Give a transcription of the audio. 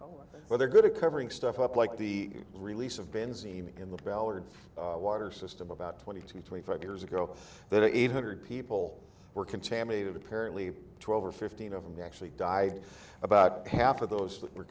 right well they're good at covering stuff up like the release of benzene in the ballard water system about twenty to twenty five years ago that eight hundred people were contaminated apparently twelve or fifteen of them actually died about half of those that were